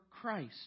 Christ